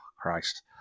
Christ